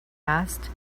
asked